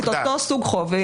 את אותו סוג חוב.